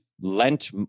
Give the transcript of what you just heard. lent